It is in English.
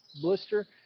blister